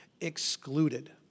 excluded